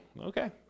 Okay